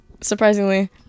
surprisingly